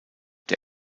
der